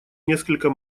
несколько